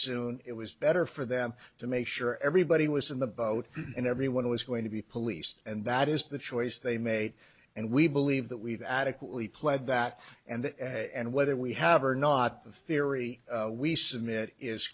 assume it was better for them to make sure everybody was in the boat and everyone was going to be policed and that is the choice they made and we believe that we've adequately pled that and that and whether we have or not the theory we submit is